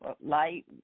light